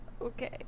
okay